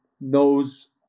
knows